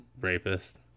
Rapist